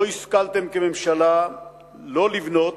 לא השכלתם כממשלה לבנות